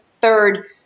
third –